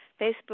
Facebook